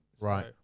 Right